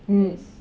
yes